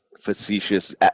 facetious